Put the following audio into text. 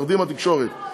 מפחדים מהתקשורת.